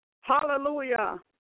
Hallelujah